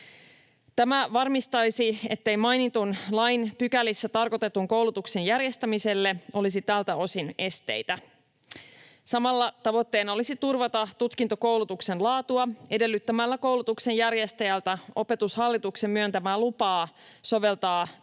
Tämä varmistaisi, ettei mainitun lain pykälissä tarkoitetun koulutuksen järjestämiselle olisi tältä osin esteitä. Samalla tavoitteena olisi turvata tutkintokoulutuksen laatua edellyttämällä koulutuksen järjestäjältä Opetushallituksen myöntämää lupaa soveltaa tutkinnon perusteiden